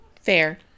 Fair